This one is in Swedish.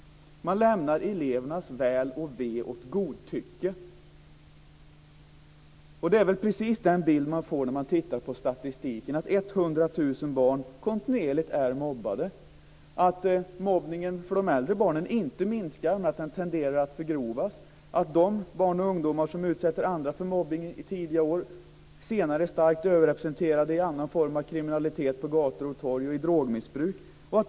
Man lämnar elevernas väl och ve åt godtycke. Det är precis den bild man får när man tittar på statistiken. 100 000 barn är kontinuerligt mobbade. Mobbningen av de äldre barnen minskar inte utan tenderar att förgrovas. De barn och ungdomar som utsätter andra för mobbning i tidiga år är senare starkt överrepresenterade i annan form av kriminalitet på gator och torg och i drogmissbruk.